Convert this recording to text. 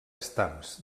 estams